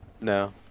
No